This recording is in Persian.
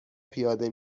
پیاده